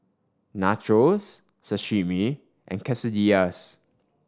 Nachos Sashimi and Quesadillas